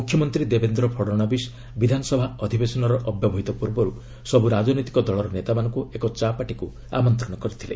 ମୁଖ୍ୟମନ୍ତ୍ରୀ ଦେବେନ୍ଦ୍ର ଫଡ୍ନବିସ୍ ବିଧାନସଭା ଅଧିବେଶନର ଅବ୍ୟବହିତ ପୂର୍ବରୁ ସବୁ ରାଜନୈତିକ ଦଳର ନେତାମାନଙ୍କୁ ଏକ ଚା' ପାର୍ଟିକୁ ଆମନ୍ତ୍ରଣ କରିଥିଲେ